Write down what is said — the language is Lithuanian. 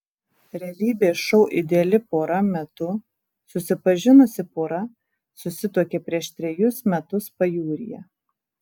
realybės šou ideali pora metu susipažinusi pora susituokė prieš trejus metus pajūryje